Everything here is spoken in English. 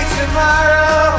tomorrow